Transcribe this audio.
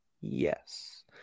Yes